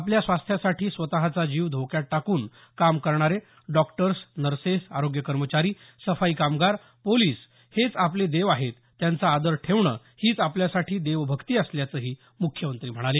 आपल्या स्वास्थ्यासाठी स्वतचा जीव धोक्यात टाकून काम करणारे डॉक्टर्स नर्सेस आरोग्य कर्मचारी सफाई कामगार पोलीस हेच आपले देव आहेत त्यांचा आदर ठेवणं हीच आपल्यासाठी देवभक्ती असल्याचंही मुख्यमंत्री म्हणाले